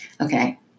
Okay